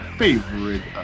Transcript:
favorite